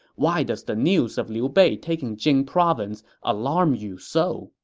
why does the news of liu bei taking jing province alarm you so?